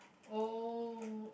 oh